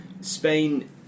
Spain